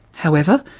however,